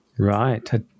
Right